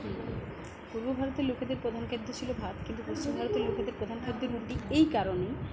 পূর্ব ভারতের লোকেদের প্রধান খাদ্য ছিলো ভাত কিন্তু পশ্চিম ভারতের লোকেদের প্রধান খাদ্যের রুটি এই কারণেই